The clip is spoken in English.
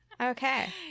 Okay